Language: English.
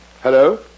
Hello